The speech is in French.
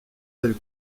tels